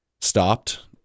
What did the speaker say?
stopped